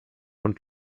und